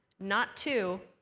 not two,